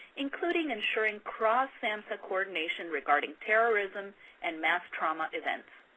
including ensuring cross-samhsa coordination regarding terrorism and mass trauma events.